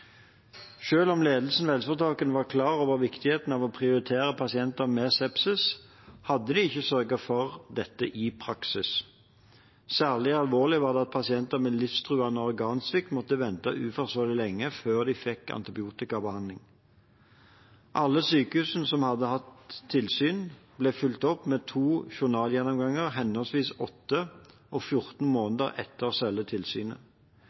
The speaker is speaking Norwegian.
om ledelsen ved helseforetakene var klar over viktigheten av å prioritere pasienter med sepsis, hadde de ikke sørget for dette i praksis. Særlig alvorlig var det at pasienter med livstruende organsvikt måtte vente uforsvarlig lenge før de fikk antibiotikabehandling. Alle sykehusene som hadde hatt tilsyn, ble fulgt opp med to journalgjennomganger henholdsvis åtte og fjorten måneder etter selve tilsynet.